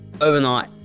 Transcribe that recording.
overnight